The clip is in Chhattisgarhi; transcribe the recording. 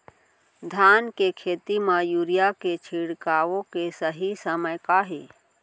धान के खेती मा यूरिया के छिड़काओ के सही समय का हे?